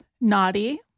naughty